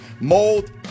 mold